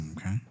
Okay